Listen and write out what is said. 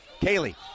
Kaylee